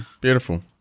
beautiful